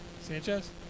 Sanchez